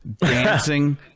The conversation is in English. dancing